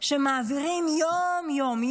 ההרסניים שמעבירים יום-יום.